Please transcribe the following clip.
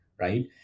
right